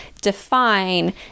define